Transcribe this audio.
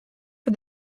for